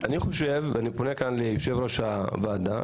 אני פונה כאן ליושב-ראש הוועדה,